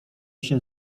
się